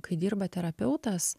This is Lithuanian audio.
kai dirba terapeutas